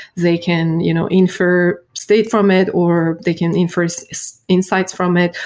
they can you know infer state from it or they can infer so so insights from it,